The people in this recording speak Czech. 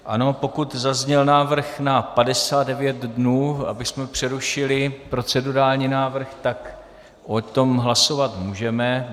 Ano, pokud zazněl návrh na 59 dnů, abychom přerušili, procedurální návrh, tak o tom hlasovat můžeme.